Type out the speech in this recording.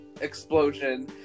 explosion